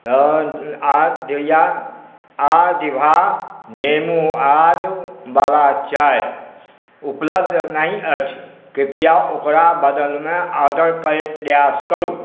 आओर दिभा नेमू आदवला चाइ उपलब्ध नहि अछि कृपया ओकरा बदलामे ऑडर करैके प्रयास करू